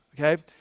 Okay